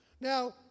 now